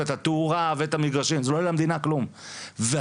"לא מבינים אותנו מספיק ולא מה שעובר עלינו" ויש